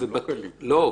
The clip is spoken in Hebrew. לא,